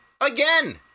Again